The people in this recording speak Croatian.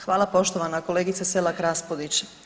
Hvala poštovana kolegice Selak Raspudić.